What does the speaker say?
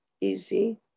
easy